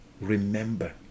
remember